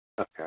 Okay